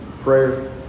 prayer